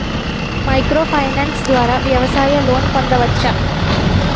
Micro finance ద్వారా వ్యవసాయ loan పొందవచ్చా?